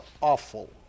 awful